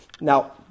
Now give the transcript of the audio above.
Now